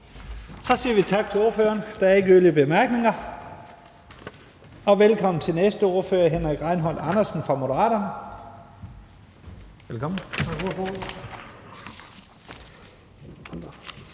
Så siger vi tak til ordføreren – der er ikke yderligere korte bemærkninger – og velkommen til næste ordfører, hr. Henrik Rejnholt Andersen fra Moderaterne. Velkommen.